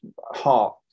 heart